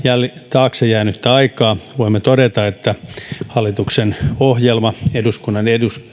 taakse voimme todeta että hallituksen ohjelma eduskunnan